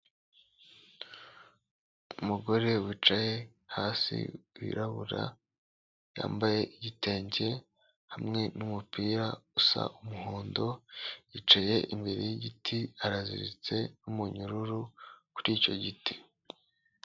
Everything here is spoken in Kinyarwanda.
Umugore wicaye hasi wirabura yambaye igitenge hamwe n'umupira usa umuhondo yicaye imbere y'igiti araziritse n'umunyururu kuri icyo giti.